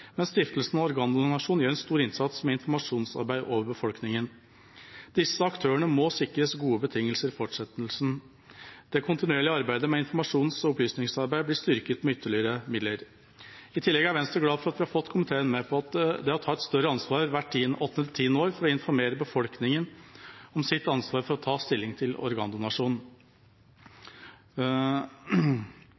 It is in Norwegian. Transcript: mens Stiftelsen Organdonasjon gjør en stor innsats med informasjonsarbeid overfor befolkningen. Disse aktørene må sikres gode betingelser i fortsettelsen. Det kontinuerlige arbeidet med informasjons- og opplysningsarbeid blir styrket med ytterlige midler. I tillegg er Venstre glad for at vi har fått komiteen med på at vi må ta et større ansvar hvert åttende–tiende år for å informere befolkningen om deres ansvar for å ta stilling til organdonasjon.